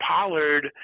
Pollard